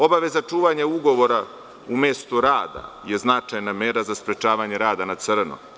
Obaveza čuvanja ugovora u mestu rada je značajna mera za sprečavanje rada na crno.